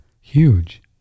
huge